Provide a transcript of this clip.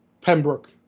Pembroke